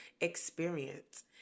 experience